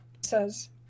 says